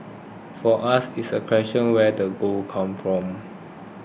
for us it's a question of where the gold comes from